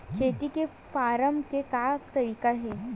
खेती से फारम के का तरीका हे?